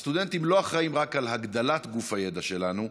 הסטודנטים לא אחראים רק להגדלת גוף הידע שלנו,